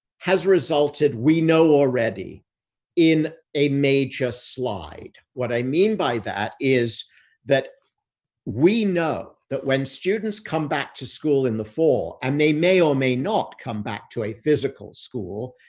has resulted, we know already in a major slide. what i mean by that is that we know that when students come back to school in the fall and they may or may not come back to a physical school,